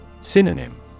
Synonym